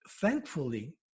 thankfully